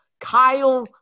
Kyle